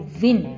win